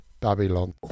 Babylon